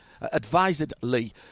advisedly